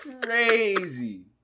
crazy